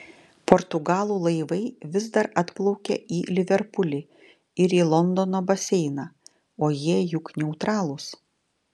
portugalų laivai vis dar atplaukia į liverpulį ir į londono baseiną o jie juk neutralūs